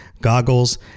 goggles